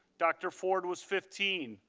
dr. ford was fifteen.